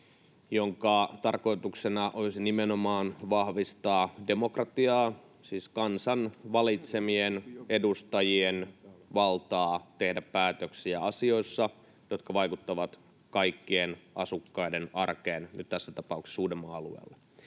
jonka tarkoituksena olisi nimenomaan vahvistaa demokratiaa, siis kansan valitsemien edustajien valtaa tehdä päätöksiä asioissa, jotka vaikuttavat kaikkien asukkaiden arkeen, nyt tässä tapauksessa Uudenmaan alueella.